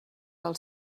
del